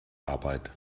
arbeit